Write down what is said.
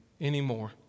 anymore